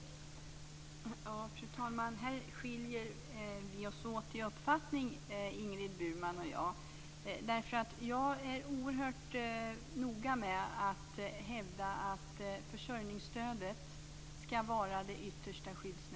Fru talman! Här skiljer vi oss åt i uppfattning, Ingrid Burman och jag. Jag är nämligen oerhört noga med att hävda att försörjningsstödet ska vara det yttersta skyddsnätet.